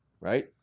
right